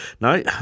No